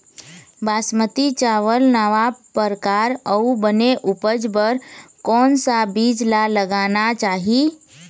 बासमती चावल नावा परकार अऊ बने उपज बर कोन सा बीज ला लगाना चाही?